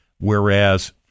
whereas